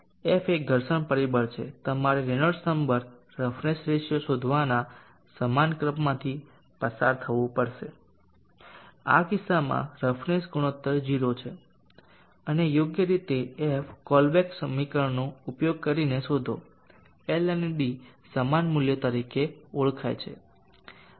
f એ ઘર્ષણ પરિબળ છે તમારે રેનોલ્ડ્સ નંબર રફનેસ રેશિયો શોધવાના સમાન ક્રમમાંથી પસાર થવું પડશે આ કિસ્સામાં રફનેસ ગુણોત્તર 0 છે અને યોગ્ય રીતે f કોલબ્રુક સમીકરણનો ઉપયોગ કરીને શોધો L અને d સમાન મૂલ્યો તરીકે ઓળખાય છે